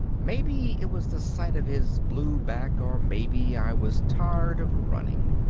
maybe it was the sight of his blue back or maybe i was tired of running.